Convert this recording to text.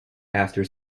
after